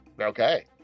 Okay